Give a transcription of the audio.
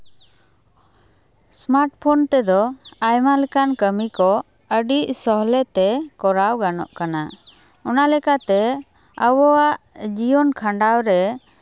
smart phone ᱛᱮᱫᱚ ᱟᱭᱢᱟ ᱞᱮᱠᱟᱱ ᱠᱟᱹᱢᱤ ᱠᱚ ᱟᱹᱰᱤ ᱥᱚᱦᱞᱮ ᱛᱮ ᱠᱚᱨᱟᱣ ᱜᱟᱱᱚᱜ ᱠᱟᱱᱟ ᱚᱱᱟ ᱞᱮᱠᱟᱛᱮ ᱟᱵᱚᱣᱟᱜ ᱡᱤᱭᱚᱱ ᱠᱷᱟᱸᱰᱟᱣ ᱨᱮ